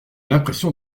l’impression